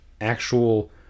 actual